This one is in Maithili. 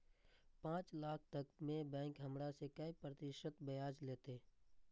पाँच लाख तक में बैंक हमरा से काय प्रतिशत ब्याज लेते?